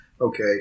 okay